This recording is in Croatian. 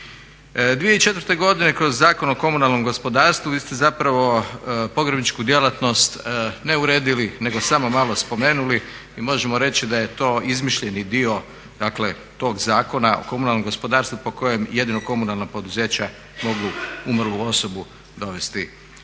2004. godine kroz Zakon o komunalnom gospodarstvu vi ste zapravo pogrebničku djelatnost ne uredili nego samo malo spomenuli i možemo reći da je to izmišljeni dio tog Zakon o komunalnom gospodarstvu po kojem jedino komunalna poduzeća mogu umrlu osobu dovesti